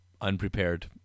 Unprepared